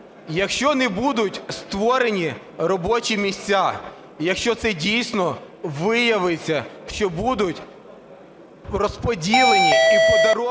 якщо не будуть створені робочі місця, якщо це дійсно виявиться, що будуть розподілені і подаровані